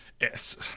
Yes